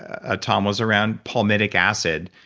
ah tom, was around palmitic acid.